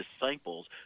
disciples